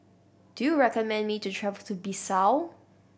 do you recommend me to travel to Bissau